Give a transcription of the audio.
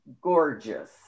gorgeous